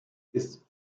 ist